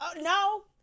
no